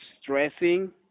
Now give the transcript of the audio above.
stressing